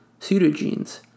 pseudogenes